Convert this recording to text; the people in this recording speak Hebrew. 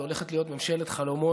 זאת הולכת להיות ממשלת חלומות